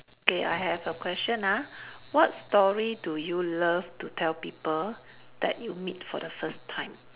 okay I have a question ah what story do you love to tell people that you meet for the first time